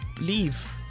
leave